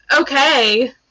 okay